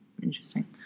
interesting